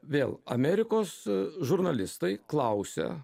vėl amerikos žurnalistai klausia